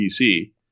PC